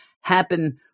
happen